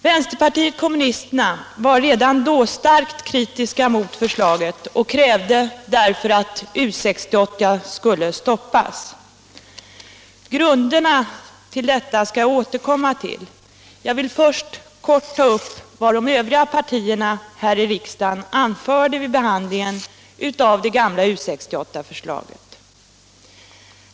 Vänsterpartiet kommunisterna var redan vid behandlingen av den nyssnämnda propositionen starkt kritiska mot förslaget och krävde därför att U 68 skulle stoppas. Grunderna till detta skall jag återkomma till. Jag vill först kort ta upp vad de övriga partierna här i riksdagen anförde vid behandlingen av det gamla U 68-förslaget.